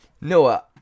Noah